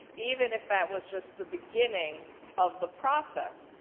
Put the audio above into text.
even if that was just the beginning of the process,